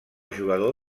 jugador